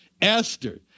Esther